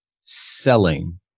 selling